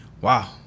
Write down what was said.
Wow